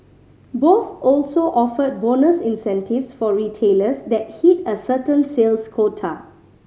both also offered bonus incentives for retailers that hit a certain sales quota